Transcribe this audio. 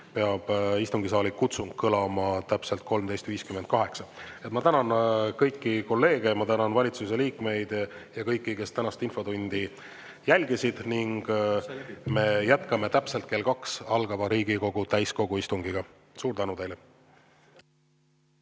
peab istungisaali kutsung [hakkama] kõlama täpselt 13.58. Ma tänan kõiki kolleege. Ma tänan valitsuse liikmeid ja kõiki, kes tänast infotundi jälgisid. Me jätkame täpselt kell kaks, kui algab Riigikogu täiskogu istung. Suur tänu teile!